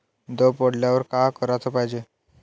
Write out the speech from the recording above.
दव पडल्यावर का कराच पायजे?